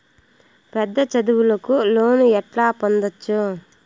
పెద్ద చదువులకు లోను ఎట్లా పొందొచ్చు